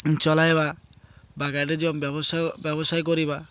ଚଲାଇବା ବା ଗାଡ଼ିରେ ଯେଉଁ ବ୍ୟବସାୟ ବ୍ୟବସାୟ କରିବା